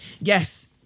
Yes